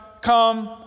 come